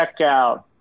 checkout